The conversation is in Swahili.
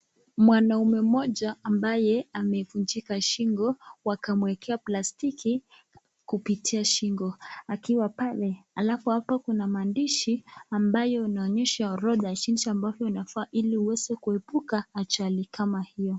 Mwanaume mmoja ambaye amevunjika shingo wakamwekea plastiki kupitia shingo akiwa pale alafu hapa kuna maandishi ambayo inaonyesha orodha jinsi ambavyo inafaa ili uweze kuepuka ajali kama hio.